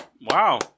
Wow